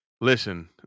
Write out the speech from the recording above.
Listen